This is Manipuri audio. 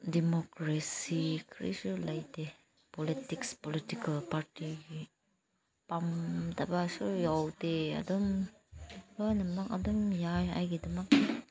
ꯗꯤꯃꯣꯀ꯭ꯔꯦꯁꯤ ꯀꯔꯤꯁꯨ ꯂꯩꯇꯦ ꯄꯣꯂꯤꯇꯤꯛꯁ ꯄꯣꯂꯤꯇꯤꯀꯦꯜ ꯄꯥꯔꯇꯤꯒꯤ ꯄꯥꯝꯗꯕꯁꯨ ꯌꯥꯎꯗꯦ ꯑꯗꯨꯝ ꯂꯣꯏꯅꯃꯛ ꯑꯗꯨꯝ ꯌꯥꯏ ꯑꯩꯒꯤꯗꯃꯛꯇꯤ